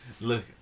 Look